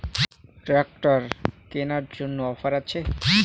Tractor কেনার জন্য offer আছে?